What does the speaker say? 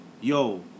yo